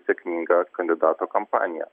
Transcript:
sėkmingą kandidato kampaniją